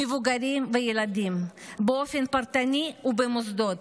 מבוגרים וילדים, באופן פרטני ובמוסדות.